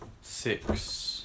Six